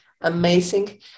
amazing